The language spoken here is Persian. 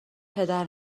پدر